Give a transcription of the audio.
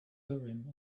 urim